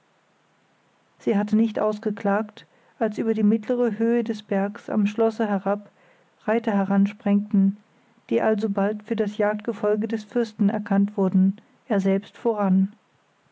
sie hatte nicht ausgeklagt als über die mittlere höhe des bergs am schlosse herab reiter heransprengten die alsobald für das jagdgefolge des fürsten erkannt wurden er selbst voran